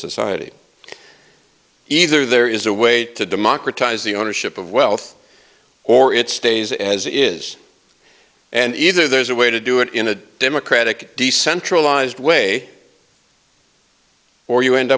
society either there is a way to democratize the ownership of wealth or it stays as it is and either there's a way to do it in a democratic decentralized way or you end